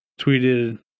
tweeted